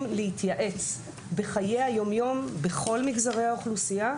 להתייעץ בחיי היום-יום בכל מגזרי האוכלוסייה,